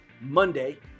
Monday